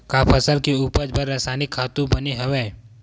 का फसल के उपज बर रासायनिक खातु बने हवय?